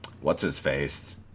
what's-his-face